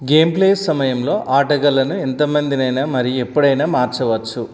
game play సమయంలో ఆటగాళ్ళను ఎంత మందినైనా మరియు ఎప్పుడైనా మార్చవచ్చు